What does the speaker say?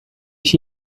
ich